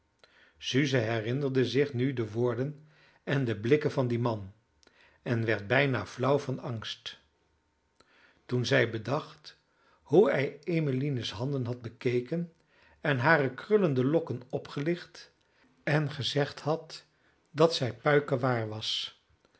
suze herinnerde zich nu de woorden en de blikken van dien man en werd bijna flauw van angst toen zij bedacht hoe hij emmeline's handen had bekeken en hare krullende lokken opgelicht en gezegd dat zij puike waar was